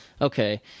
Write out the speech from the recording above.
Okay